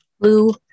Blue